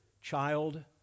child